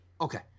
Okay